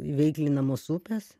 įveiklinamos upės